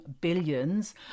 billions